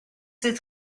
cette